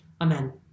Amen